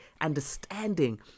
understanding